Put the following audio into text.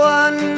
one